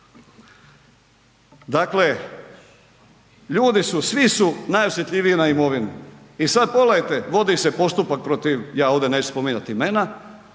Dakle, ljudi su, svi su najosjetljiviji na imovinu, i sad pogledajte, vodi se postupak protiv, ja ovdje neću spominjat imena,